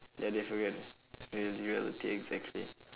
ya they're for real ya the reality exactly